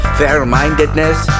fair-mindedness